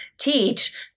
Teach